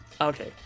Okay